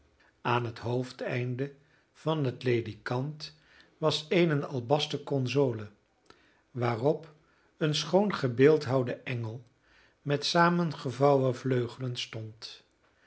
aan het hoofdeinde van het ledikant was eene albasten console waarop een schoon gebeeldhouwde engel met saamgevouwen vleugelen stond